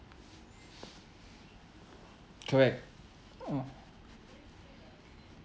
correct mm